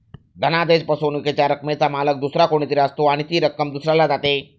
धनादेश फसवणुकीच्या रकमेचा मालक दुसरा कोणी तरी असतो आणि ती रक्कम दुसऱ्याला जाते